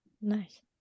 Nice